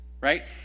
right